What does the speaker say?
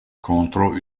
contro